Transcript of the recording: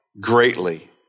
greatly